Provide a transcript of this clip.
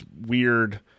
weird